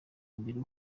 mbere